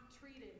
treated